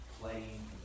playing